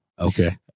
Okay